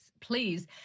please